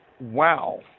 wow